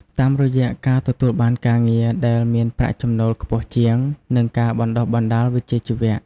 តាមរយៈការទទួលបានការងារដែលមានប្រាក់ចំណូលខ្ពស់ជាង និងការបណ្ដុះបណ្ដាលវិជ្ជាជីវៈ។